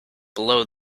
below